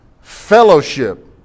fellowship